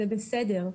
זה בסדר.